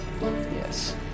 Yes